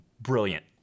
Brilliant